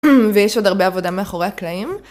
ויש עוד הרבה עבודה מאחורי הקלעים.